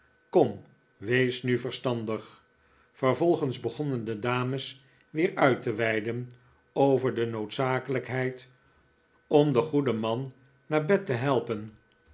kom wees nu verstandig vervolgens begonnen de dames weer uit te weiden over de noodzakelijkheid om den goeden man naar bed te helpen